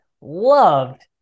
loved